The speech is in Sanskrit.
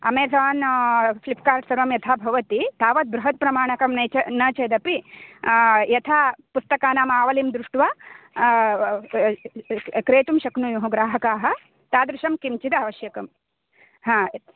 अमेज़ान् फ़्लिप्कार्ट् सर्वं यथा भवति तावद्बृहत् प्रमाणकं नेच न चेदपि यथा पुस्तकानाम् आवलिं दृष्ट्वा क्रेतुं शक्नुयुः ग्राहकाः तादृशं किञ्चिद् आवश्यकं